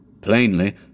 Plainly